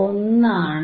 1 ആണ്